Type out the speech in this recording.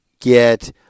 get